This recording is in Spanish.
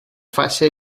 fase